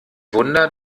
wunder